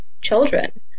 children